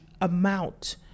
amount